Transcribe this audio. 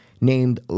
named